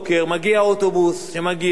רואים כל בוקר שמגיע אוטובוס ויורדים אנשים